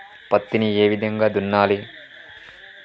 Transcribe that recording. పత్తిని ఏ విధంగా దున్నాలి?